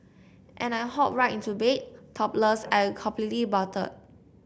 and I hop right into bed topless and completely buttered